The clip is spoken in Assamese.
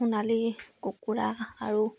সোণালী কুকুৰা আৰু